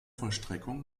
vollstreckung